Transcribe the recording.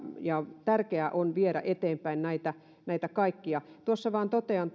ja tärkeää on viedä eteenpäin näitä näitä kaikkia totean